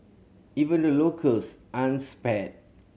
even the locals aren't spared